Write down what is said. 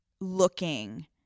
looking